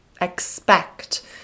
expect